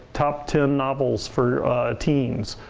top ten novels for teens.